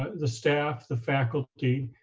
the staff, the faculty,